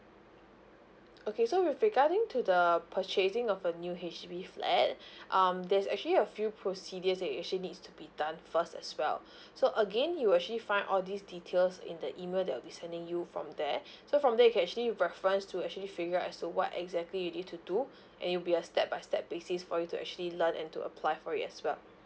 okay so with regarding to the purchasing of a new H_D_B flat um there's actually a few procedures that you actually needs to be done first as well so again you will actually find all these details in the email that I'll be sending you from there so from there you can actually reference to actually figure out as to what exactly you need to do and it'll be a step by step basis for you to actually learn and to apply for it as well